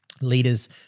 leaders